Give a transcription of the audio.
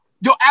Yo